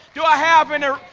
do i have in there?